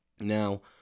Now